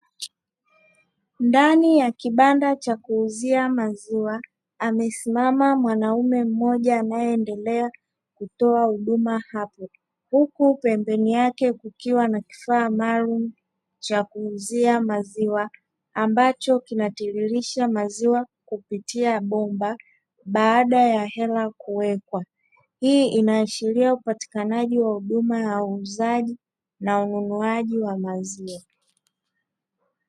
Ndani ya kibanda cha kuuzia maziwa amesimama mwanaume mmoja anayeendelea kutoa huduma hapo; huku pembeni yake kukiwa na kifaa maalumu cha kuuzia maziwa, ambacho kinatiririsha maziwa kupitia bomba baada ya hela kuwekwa. Hii inaashiria upatikanaji wa huduma ya uuzaji na ununuaji wa maziwa.